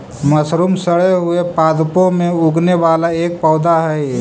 mushroom सड़े हुए पादपों में उगने वाला एक पौधा हई